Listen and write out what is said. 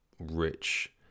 rich